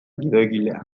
gidoigilea